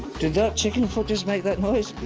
did that chicken foot just make that noise?